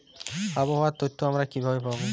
আবহাওয়ার তথ্য আমরা কিভাবে পাব?